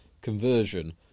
conversion